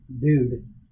dude